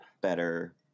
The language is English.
better